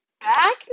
back